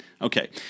Okay